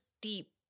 deep